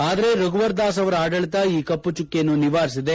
ಆದರೆ ರಘುವರದಾಸ್ ಅವರ ಆಡಳಿತ ಈ ಕಮ್ನ ಚುಕ್ಕೆಯನ್ನು ನಿವಾರಿಸಿದೆ